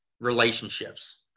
relationships